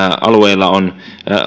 alueilla on